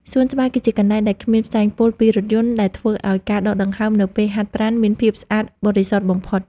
សួនច្បារ គឺជាកន្លែងដែលគ្មានផ្សែងពុលពីរថយន្តដែលធ្វើឱ្យការដកដង្ហើមនៅពេលហាត់ប្រាណមានភាពស្អាតបរិសុទ្ធបំផុត។